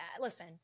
Listen